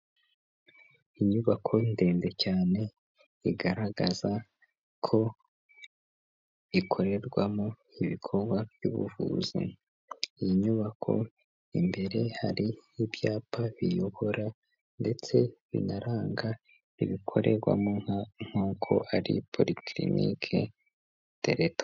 Inyubako ndende cyane igaragaza ko ikorerwamo ibikorwa by'ubuvuzi, iyi nyubako imbere hari ibyapa biyobora ndetse binaranga ibikorerwamo nk'uko ari politiliniki tereta.